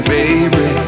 baby